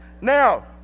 Now